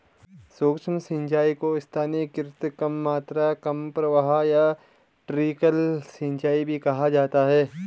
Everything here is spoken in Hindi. सूक्ष्म सिंचाई को स्थानीयकृत कम मात्रा कम प्रवाह या ट्रिकल सिंचाई भी कहा जाता है